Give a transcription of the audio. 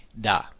da